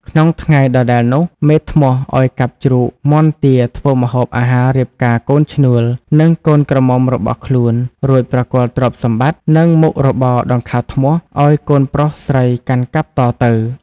ក្នុងថ្ងៃដដែលនោះ មេធ្នស់ឲ្យកាប់ជ្រូក មាន់ ទា ធ្វើម្ហូបអាហាររៀបការកូនឈ្នួល និងកូនក្រមុំរបស់ខ្លួន រួចប្រគល់ទ្រព្យសម្បត្តិ និងមុខរបរដង្ខៅធ្នស់ ឲ្យកូនប្រុស-ស្រីកាន់កាប់តទៅ។